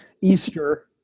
Easter